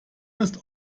ist